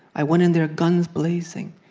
i went in there, guns blazing.